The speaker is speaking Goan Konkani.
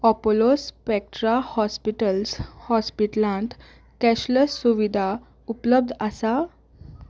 अपोलो स्पेक्ट्रा हॉस्पिटल्स हॉस्पिटलांत कॅशलॅस सुविधा उपलब्ध आसा